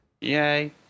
Yay